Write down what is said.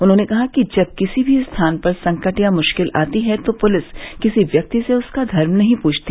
उन्होंने कहा कि जब किसी भी स्थान पर संकट या मुश्किल आती है तो पुलिस किसी व्यक्ति से उसका धर्म नहीं पूछती